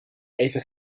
even